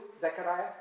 Zechariah